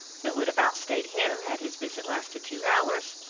who would have outstaid him, had his visit lasted two hours,